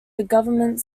government